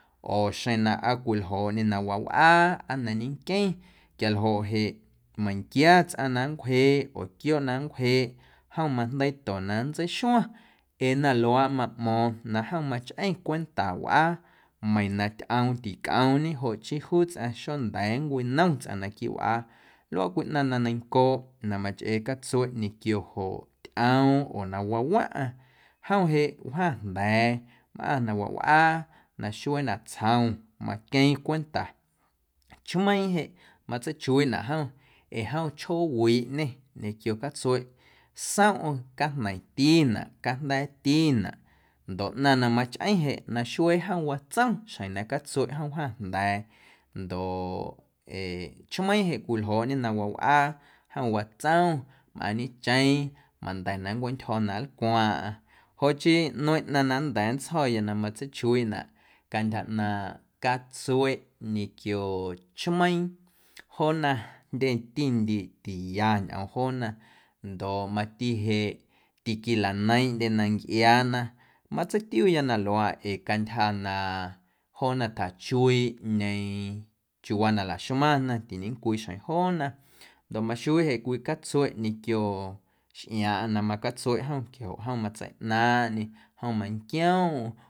Oo aa xeⁿ na cwiljooꞌñe na wawꞌaa aa na ñenqueⁿ quialjoꞌ jeꞌ meiⁿnquia tsꞌaⁿ na nncwjeeꞌ oo quiooꞌ na nncwjeeꞌ jom majndeiito na nntseixuaⁿ ee na luaaꞌ maꞌmo̱o̱ⁿ na jom machꞌeⁿ cwenta wꞌaa meiiⁿ na tyꞌoom ticꞌoomñe joꞌ chii juu tsꞌaⁿ xonda̱a̱ nncwinom tsꞌaⁿ naquiiꞌ wꞌaa luaꞌ cwii ꞌnaⁿ na neiⁿncooꞌ na machꞌee catsueꞌ ñequio joꞌ tyꞌoom oo na waawaⁿꞌaⁿ jom jeꞌ wjaⁿ jnda̱a̱, mꞌaⁿ na wawꞌaa naxuee natsjom maqueeⁿ cwenta, chmeiiⁿ jeꞌ matseichuiiꞌnaꞌ jom ee jom chjoowiꞌñe ñequio catsueꞌ somꞌm cajneiⁿtinaꞌ, cajnda̱a̱tinaꞌ ndoꞌ ꞌnaⁿ na machꞌeⁿ jeꞌ naxuee jom watsom xjeⁿ na catsueꞌ jom wjaⁿ jnda̱a̱ ndoꞌ ee chmeiiⁿ jeꞌ cwiljooꞌñe na wawꞌaa jom watsom mꞌaaⁿñecheeⁿ manda̱ na nncweꞌntyjo̱ na nlcwaaⁿꞌaⁿ joꞌ chii nmeiⁿꞌ ꞌnaⁿ na nnda̱a̱ nntsjo̱ya na matseichuiiꞌnaꞌ cantyja ꞌnaaⁿꞌ catsueꞌ ñequio chmeiiⁿ joona jndyeti ndiiꞌ tiya ñꞌoom joona ndoꞌ mati jeꞌ tiquilaneiiⁿꞌndyena ncꞌiaana matseitiuya na luaaꞌ ee cantyja na joona tjachuiiꞌ ꞌñeeⁿ chiuuwaa na laxmaⁿna tiñecwii xjeⁿ joona ndoꞌ maxuiiꞌ jeꞌ cwii catsueꞌ ñequio xꞌiaaⁿꞌaⁿ na macatsueꞌ jom quiajoꞌ jom matseiꞌnaaⁿꞌñe, jom manquioomꞌm.